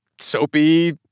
soapy